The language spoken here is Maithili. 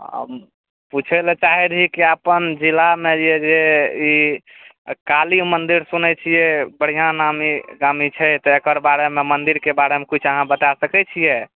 पुछै लऽ चाहै रहि कि अपन जिलामे जे ई काली मन्दिर सुनैत छियै बढ़िआँ नामी गामी छै तऽ एकर बारेमे मन्दिरके बारेमे किछु अहाँ बता सकैत छियै